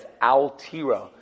Al-Tira